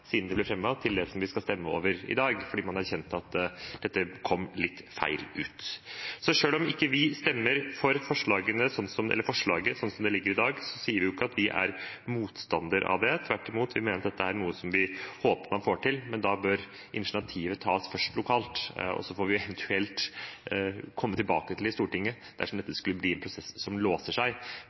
det kom litt feil ut. Selv om vi ikke stemmer for forslaget som det foreligger i dag, sier vi ikke at vi er motstander av det. Vi mener tvert imot at dette er noe vi håper at man får til, men da bør initiativet først tas lokalt, og så får vi eventuelt komme tilbake til det i Stortinget dersom dette skulle bli en prosess som låser seg.